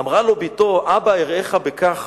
אמרה לו בתו: אבא, אראך בכך?